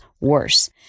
worse